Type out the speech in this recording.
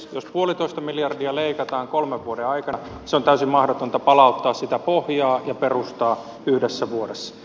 jos puolitoista miljardia leikataan kolmen vuoden aikana on täysin mahdotonta palauttaa sitä pohjaa ja perustaa yhdessä vuodessa